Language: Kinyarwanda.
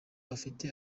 afite